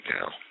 now